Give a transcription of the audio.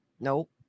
Nope